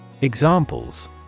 Examples